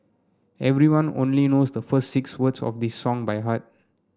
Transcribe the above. everyone only knows the first six words of this song by heart